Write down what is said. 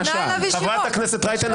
חברת הכנסת רייטן,